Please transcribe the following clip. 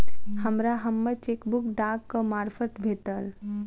हमरा हम्मर चेकबुक डाकक मार्फत भेटल